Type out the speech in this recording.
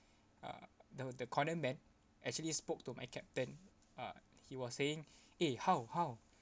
uh the the corner man actually spoke to my captain uh he was saying eh how how